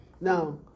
Now